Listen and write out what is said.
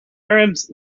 arabs